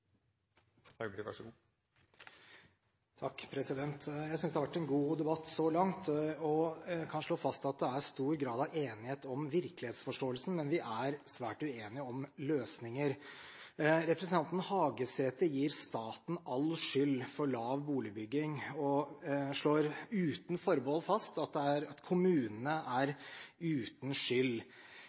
god debatt så langt og kan slå fast at det er stor grad av enighet om virkelighetsforståelsen, men vi er svært uenige om løsninger. Representanten Hagesæter gir staten all skyld for lav boligbygging og slår uten forbehold fast at kommunene er uten skyld. Det er